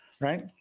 right